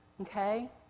Okay